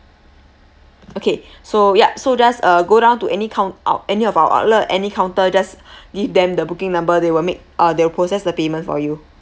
okay so yup so just uh go down to any count~ our any of our outlet any counter just give them the booking number they will make uh they will process the payment for you